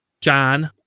John